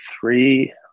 Three